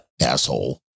asshole